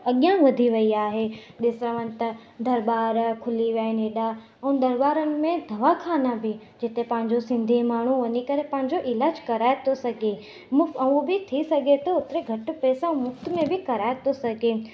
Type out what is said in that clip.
अॻियां वधी वई आहे ॾिसण वञ त दरबारि खुली विया आहिनि एॾा ऐं दरबारनि में दवा खाना बि जिते पंहिंजो सिंधी माण्हू वञी करे पंहिंजो इलाज कराए थो सघे मुफ़्त ऐं हो बि थी सघे थो ओतिरे घटि पैसा मुफ़्त में बि कराए थो सघे